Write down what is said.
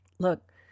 Look